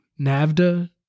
Navda